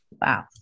Wow